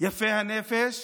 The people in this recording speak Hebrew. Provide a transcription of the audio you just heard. יפי הנפש,